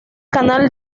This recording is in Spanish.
canal